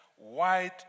white